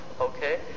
Okay